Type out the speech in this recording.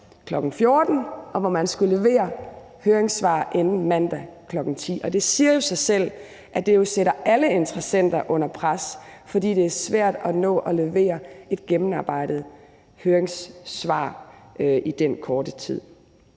kl. 14.00, og hvor man skal levere høringssvar inden mandag kl. 10.00. Og det siger jo sig selv, at det sætter alle interessenter under pres, fordi det er svært at nå at levere et gennemarbejdet høringssvar i den korte tid.